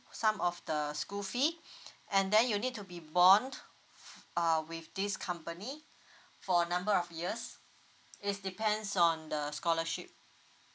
some of the school fee and then you need to be bond uh with this company for a number of years it's depends on the scholarship